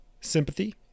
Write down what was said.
sympathy